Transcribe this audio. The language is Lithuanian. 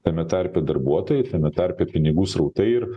tame tarpe darbuotojai tame tarpe pinigų srautai ir